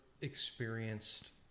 experienced